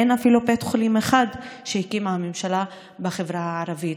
אין אפילו בית חולים אחד שהקימה הממשלה בחברה הערבית.